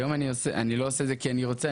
היום אני לא עושה את זה כי אני רוצה,